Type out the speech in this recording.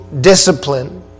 discipline